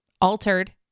altered